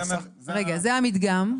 זה המדגם.